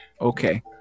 Okay